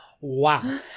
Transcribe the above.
wow